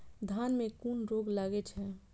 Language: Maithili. धान में कुन रोग लागे छै?